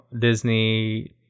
Disney